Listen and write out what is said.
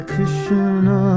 Krishna